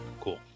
Cool